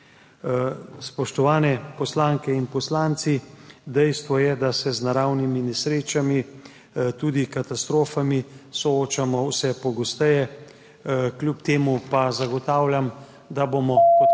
Spoštovane poslanke in poslanci! Dejstvo je, da se z naravnimi nesrečami, tudi katastrofami, soočamo vse pogosteje, kljub temu pa zagotavljam, da bomo kot